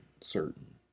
certain